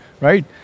Right